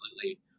completely